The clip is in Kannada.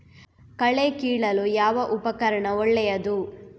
ಕಳೆ ಕೀಳಲು ಯಾವ ಉಪಕರಣ ಒಳ್ಳೆಯದು?